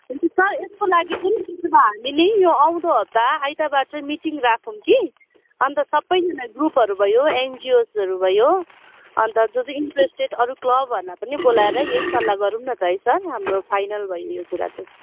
हुन्छ सर यसको लागि चाहिँ बिचमा हामीले यो आउँदो हप्ता आइतवार चाहिँ हामीले मिटिङ राखौँ कि अन्त सबैजना ग्रुपहरू भयो एनजीओस्हरू भयो अन्त जो जो इन्ट्रेस्टेड अरू क्लबहरूलाई पनि बोलाएर यही सल्लाह गरौँ न त है सर हाम्रो फाइनल भयो यो कुरा चाहिँ